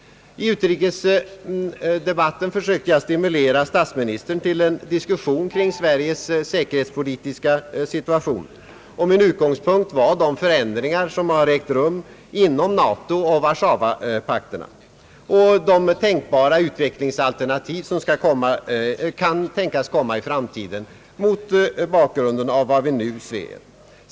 I utrikesdebatten försökte jag stimulera statsministern till en diskussion kring Sveriges säkerhetspolitiska situation. Min utgångspunkt var de förändringar, som ägt rum inom NATO och Warszawapakterna, och de utvecklingsalternativ som är tänkbara för framtiden mot bakgrunden av vad som nu kan överblickas.